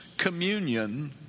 communion